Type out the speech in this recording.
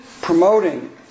promoting